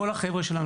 כל החברה שלנו,